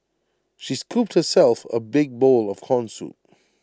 she scooped herself A big bowl of Corn Soup